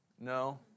no